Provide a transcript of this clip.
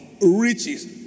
riches